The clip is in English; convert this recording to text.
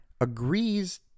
agrees